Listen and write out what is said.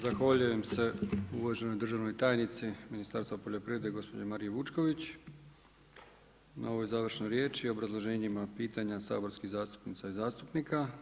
Zahvaljujem se uvaženoj državnoj tajnici Ministarstva poljoprivrede gospođi Mariji Vučković na ovoj završnoj riječi, obrazloženjima, pitanja saborskih zastupnica i zastupnika.